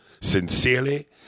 Sincerely